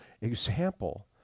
example